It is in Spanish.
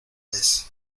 vez